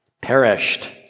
Perished